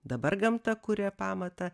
dabar gamta kuria pamatą